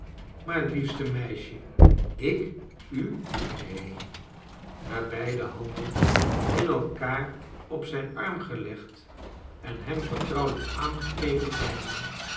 maar liefste meisje ik u neeni na beide handen in elkaar op zijn arm gelegd en hem vertrouwelijk aangekeken te hebben